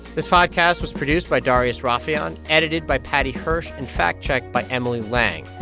this podcast was produced by darius rafieyan, edited by paddy hirsch and fact-checked by emily lang.